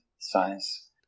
science